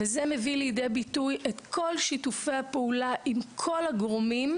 זה מביא לידי ביטוי את כל שיתופי הפעולה עם כל הגורמים,